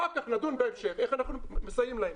אחר כך נדון בהמשך איך אנחנו מסייעים להם.